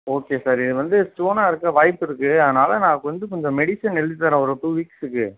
okay sir இது வந்து ஸ்டோனா இருக்க வாய்ப்பிருக்கு அதனால் நான் வந்து கொஞ்சம் மெடிசன் எழுதி தரேன் ஒரு டூ வீக்ஸுக்கு